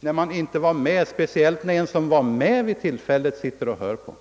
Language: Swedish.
då man inte var med, speciellt när en som var med sitter och hör på.